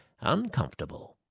uncomfortable